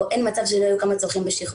או אין מצב שלא יהיו כמה צורכים בשכבה.